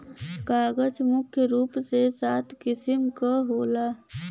कागज मुख्य रूप से सात किसिम क होला